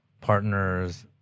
partners